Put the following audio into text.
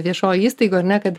viešoj įstaigoj ar ne kad